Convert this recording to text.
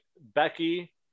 Becky